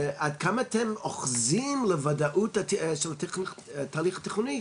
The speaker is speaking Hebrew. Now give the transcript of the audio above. עד כמה אתם אוחזים לוודאות של התהליך התכנוני,